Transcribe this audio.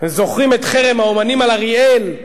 אתם זוכרים את חרם האמנים על אריאל?